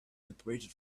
separated